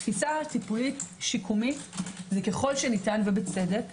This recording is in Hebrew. התפיסה הטיפולית שיקומית זה ככל שניתן ובצדק,